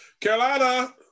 Carolina